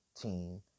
team